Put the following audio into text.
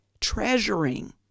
treasuring